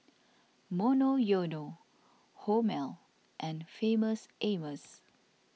Monoyono Hormel and Famous Amos